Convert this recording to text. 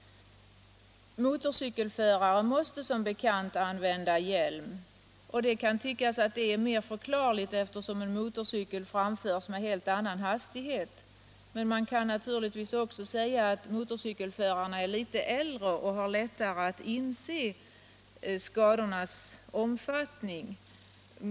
Motorcykelförare måste som bekant använda hjälm. Det kan tyckas mer förklarligt eftersom en motorcykel framförs med en helt annan hastighet. Men man kan naturligtvis också säga att motorcykelförarna är litet äldre och har lättare att inse skadornas omfattning.